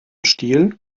stiel